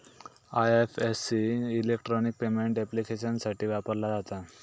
IFSC electronic payment ऍप्लिकेशन्ससाठी वापरला जाता